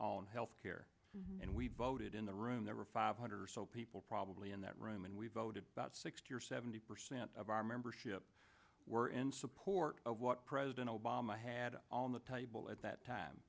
on health care and we voted in the room there were five hundred or so people probably in that room and we voted about sixty or seventy percent of our membership were in support of what president obama had on the table at that time